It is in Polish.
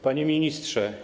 Panie Ministrze!